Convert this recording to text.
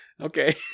Okay